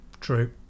True